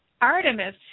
Artemis